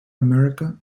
america